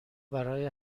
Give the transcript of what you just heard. برای